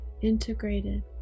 integrated